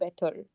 better